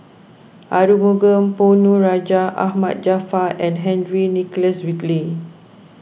Arumugam Ponnu Rajah Ahmad Jaafar and Henry Nicholas Ridley